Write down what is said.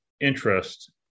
interest